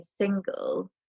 single